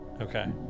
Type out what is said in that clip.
Okay